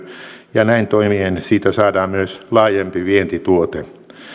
ja näin toimien siitä saadaan myös laajempi vientituote